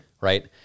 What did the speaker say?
right